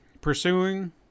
pursuing